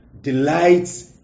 delights